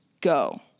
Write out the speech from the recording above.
go